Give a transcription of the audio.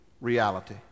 reality